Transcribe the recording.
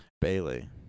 Bailey